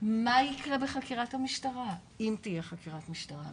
מה יקרה בחקירת המשטרה-אם התהיה חקירת משטרה,